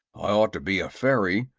i ought to be a fairy,